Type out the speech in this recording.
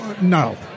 No